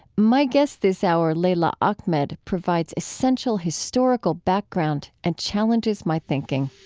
my guest this hour, leila ahmed, provides essential historical background and challenges my thinking.